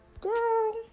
girl